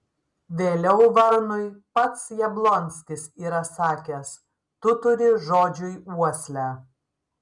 vėliau varnui pats jablonskis yra sakęs tu turi žodžiui uoslę